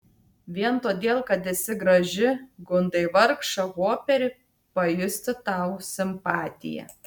vien todėl kad esi graži gundai vargšą hoperį pajusti tau simpatiją